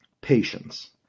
patience